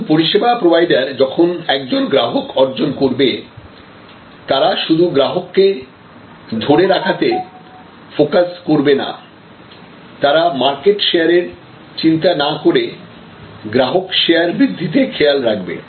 একজন পরিষেবা প্রোভাইডার যখন একজন গ্রাহক অর্জন করবে তারা শুধু গ্রাহককে ধরে রাখাতে ফোকাস করবে না তারা মার্কেট শেয়ারের চিন্তা না করেগ্রাহক শেয়ার বৃদ্ধিতে খেয়াল রাখবে